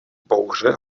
bouře